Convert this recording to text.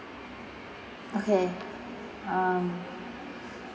okay um